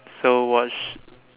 so what's